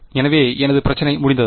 எனவே எனது பிரச்சினை முடிந்ததா